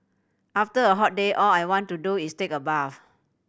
after a hot day all I want to do is take a bath